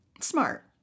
Smart